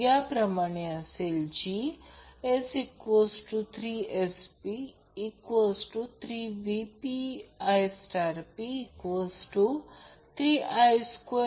तर आता P jQ लिहू शकतो तसेच P jQ √ 3 VL I VL I L angle देखील लिहू शकतो